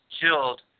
killed